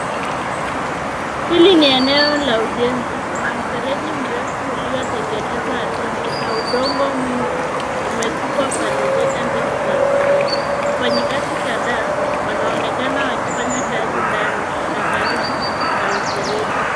Hili ni eneo la ujenzi kuna mfereji ulio tengenezwa ardhini na udongo mwingi umetupwa pande zote mbili za mfereji. Wafanyikazi kadhaa wanaonekana wakifanya kazi ndani na karibu na mfereji.